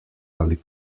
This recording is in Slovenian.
ali